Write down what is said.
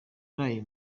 naraye